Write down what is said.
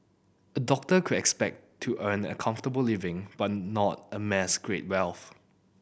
a doctor could expect to earn a comfortable living but not amass great wealth